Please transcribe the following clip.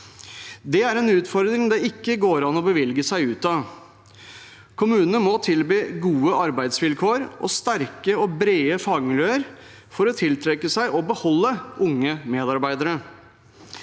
Det er en utfordring det ikke går an å bevilge seg ut av. Kommunene må tilby gode arbeidsvilkår og sterke og brede fagmiljøer for å tiltrekke seg og beholde unge medarbeidere.